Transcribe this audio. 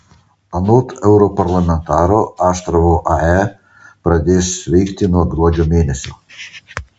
anot europarlamentaro astravo ae pradės veikti nuo gruodžio mėnesio